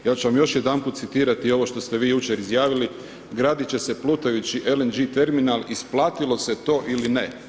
Ja ću vam još jedanput citirati ovo što ste vi jučer izjavili, gradit će se plutajući LNG terminal, isplatilo se to ili ne.